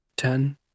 Ten